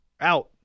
Out